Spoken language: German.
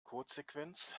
codesequenz